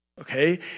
Okay